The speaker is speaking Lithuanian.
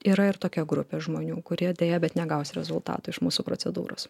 yra ir tokia grupė žmonių kurie deja bet negaus rezultatų iš mūsų procedūros